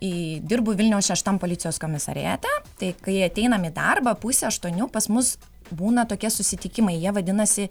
į dirbu vilniaus šeštam policijos komisariate tai kai ateinam į darbą pusę aštuonių pas mus būna tokie susitikimai jie vadinasi